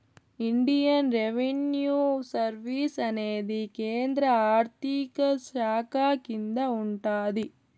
Indian revenue service అనేది కేంద్ర ఆర్థిక శాఖ కింద ఉంటాది